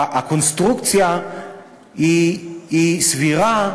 הקונסטרוקציה היא סבירה,